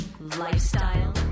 lifestyle